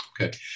Okay